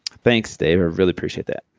thanks dave, really appreciate that.